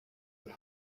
the